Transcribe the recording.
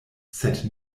sed